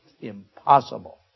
Impossible